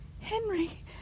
Henry